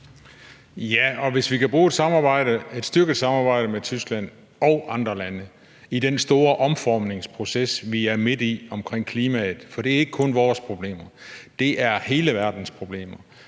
Ja, og hvis vi kan bruge et styrket samarbejde med Tyskland og andre lande i den store omformningsproces, vi er midt i omkring klimaet – for det er ikke kun vores problem, det er hele verdens problem